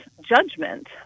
judgment